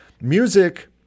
Music